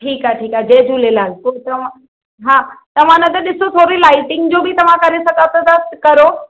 ठीक आ ठीक आ जय झूलेलाल पोइ तव्हां हा तव्हां न त ॾिसो थोरी लाईटिंग जो बि तव्हां करे सघो था त करो